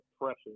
pressure